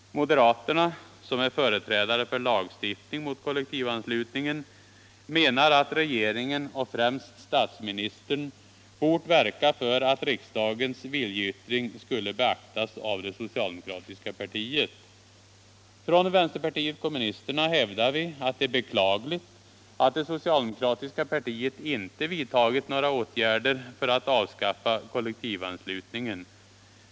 Moderaterna — som är företrädare för lagstiftning mot kollektivanslutningen — menar att regeringen och främst statsministern bort verka för att riksdagens viljeyttring skulle beaktas av det socialdemokratiska partiet. Från vänsterpartiet kommunisterna hävdar vi att det är beklagligt att det socialdemokratiska partiet inte vidtagit några åtgärder för att avskaffa kollektivanslutningen.